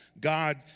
God